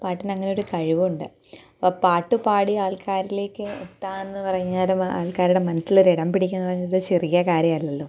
പാട്ടിനങ്ങനെയൊരു കഴിവുണ്ട് പാട്ടുപാടി ആൾക്കാരിലേക്ക് എത്തുകയെന്ന് പറഞ്ഞാലും ആൾക്കാരുടെ മനസ്സിലൊരിടം പിടിക്കുകയെന്ന് പറയുന്നത് ചെറിയ കാര്യമല്ലല്ലോ